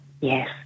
Yes